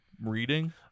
reading